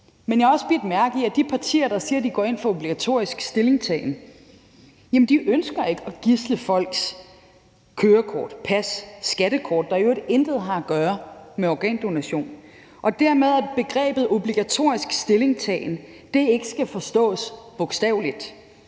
Men jeg har også bidt mærke i, at de partier, der siger, at de går ind for obligatorisk stillingtagen, ikke ønsker at gidsle folks kørekort, pas og skattekort, der i øvrigt intet har at gøre med organdonation, og at begrebet obligatorisk stillingtagen dermed ikke skal forstås bogstaveligt.